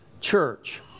church